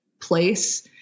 place